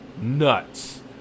nuts